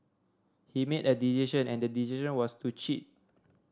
he made a decision and the decision was to cheat